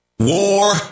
War